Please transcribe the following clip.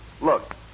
Look